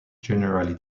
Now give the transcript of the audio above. generally